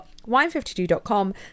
Wine52.com